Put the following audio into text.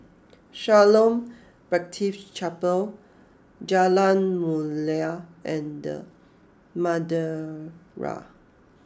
Shalom Baptist Chapel Jalan Mulia and Madeira